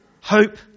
Hope